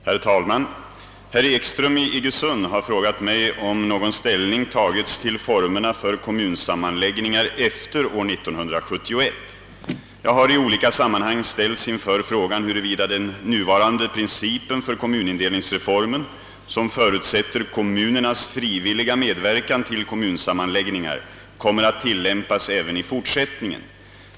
Herr talman! Herr Ekström i Iggesund har frågat mig om någon ståndpunkt tagits till formerna för kommusammanläggningar efter år 1971. Jag har i olika sammanhang ställts inför frågan huruvida den nuvarande principen för kommunindelningsreformen — som förutsätter kommunernas frivilliga medverkan till kommunsammanläggningar — kommer att tillämpas även i fortsättningen.